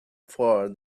for